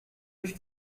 już